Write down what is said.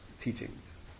teachings